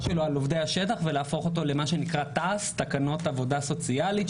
שלו על עובדי השטח ולהפוך אותו למה שנקרא תע"ס: תקנות עבודה סוציאלית.